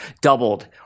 doubled